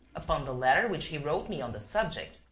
upon the letter which he wrote me on the subject.